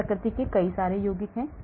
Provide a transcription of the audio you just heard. उस प्रकृति के कई यौगिक हैं